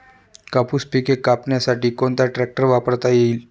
कापूस पिके कापण्यासाठी कोणता ट्रॅक्टर वापरता येईल?